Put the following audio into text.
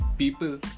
People